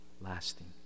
lasting